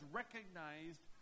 recognized